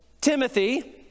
Timothy